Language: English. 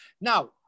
Now